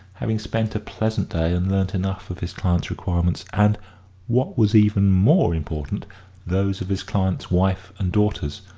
having spent a pleasant day and learnt enough of his client's requirements, and what was even more important those of his client's wife and daughters,